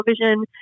television